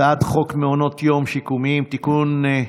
הצעת חוק מעונות יום שיקומיים (תיקון,